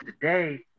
today